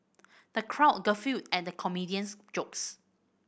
the crowd guffawed at the comedian's jokes